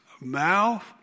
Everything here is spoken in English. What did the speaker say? mouth